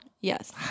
Yes